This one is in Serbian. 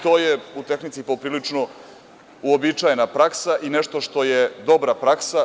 To je u tehnici poprilično uobičajena praksa, i nešto što je dobra praksa.